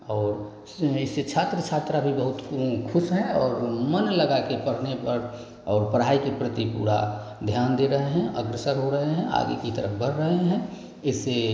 और सेम इससे छात्र छात्रा भी बहुत खुश हैं और मन लगा कर पढ़ने पर और पढ़ाई के प्रति पूरा ध्यान दे रहे हैं अग्रसर हो रहे हैं आगे की तरफ बढ़ रहे हैं इससे